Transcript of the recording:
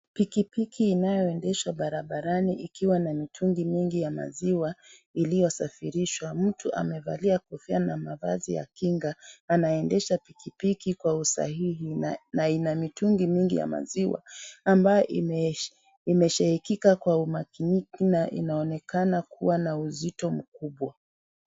Pikipiki inayoendesha barabarani ikiwa na mitungi mingi ya maziwa iliyosafirishwa. Mtu amevalia kofia na mavazi ya kinga anaendesha pikipiki kwa usahihi na una mitungi mingi ya maziwa ambayo imeshikika kwa umakini na inaonekana kuwa na uzito mkubwa.